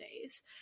days